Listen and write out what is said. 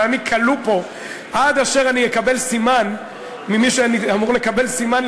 אני כלוא פה עד אשר אני אקבל סימן ממי שאני אמור לקבל סימן,